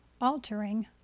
Altering